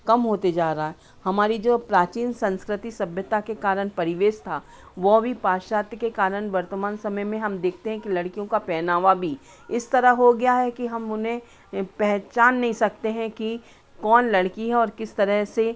कम होते जा रहा है हमारी जो प्राचीन संस्कृति सभ्यता के कारण परिवेश था वह अभी पाश्चात्य के कारण वर्तमान समय में हम देखते हैं कि लड़कियों का पहनावा भी इस तरह हो गया है कि हम उन्हें पेहचान नहीं सकते हैं कि कौन लड़की है और किस तरह से